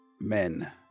men